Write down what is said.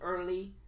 early